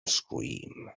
scream